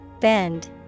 Bend